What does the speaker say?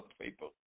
people